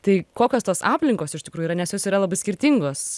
tai kokios tos aplinkos iš tikrųjų yra nes jos yra labai skirtingos